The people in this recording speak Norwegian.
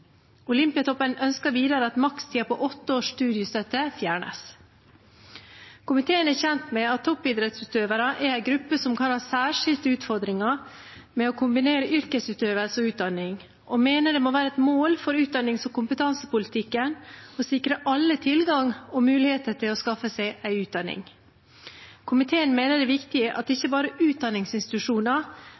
har. Olympiatoppen ønsker videre at makstiden på åtte års studiestøtte fjernes. Komiteen er kjent med at toppidrettsutøvere er en gruppe som kan ha særskilte utfordringer med å kombinere yrkesutøvelse og utdanning og mener det må være et mål for utdannings- og kompetansepolitikken å sikre alle tilgang og muligheter til å skaffe seg en utdanning. Komiteen mener det er viktig at